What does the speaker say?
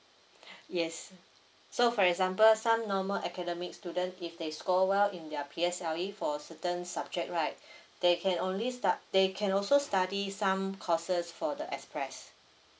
yes so for example some normal academic student if they score well in their P_S_L_E for certain subject right they can only stu~ they can also study some courses for the express